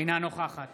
אינה נוכחת